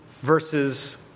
verses